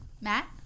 Matt